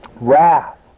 wrath